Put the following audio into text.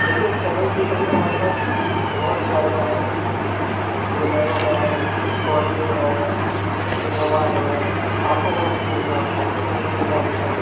देखिए seven seater में हमारे पास बहुत सी गाड़ियाँ हैं बुलेरो है स्कॉर्पियो है इनोवा है आपको कौन सी चाहिए आप बताइए अपनी सुविधा अनुसार